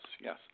yes